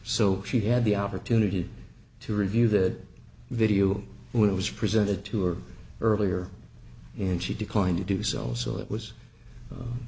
so she had the opportunity to review that video when it was presented to her earlier and she declined to do so so it was